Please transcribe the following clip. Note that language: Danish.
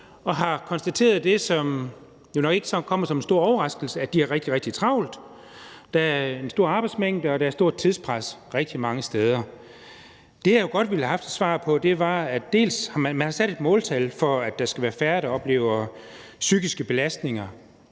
og har konstateret det, som jo nok ikke kommer som nogen stor overraskelse, nemlig at de har rigtig, rigtig travlt: Der er en stor arbejdsmængde, og der er et stort tidspres rigtig mange steder. Der er noget, jeg godt ville have haft et svar på. Man har sat et måltal for, at der skal være færre, der oplever psykiske belastninger,